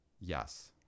Yes